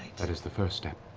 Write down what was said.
that is the first step.